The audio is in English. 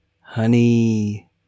Honey